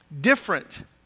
different